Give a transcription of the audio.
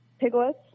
piglets